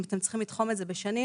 אם אתם צריכים לתחום את זה בשנים,